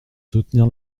soutenir